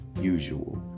usual